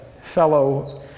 fellow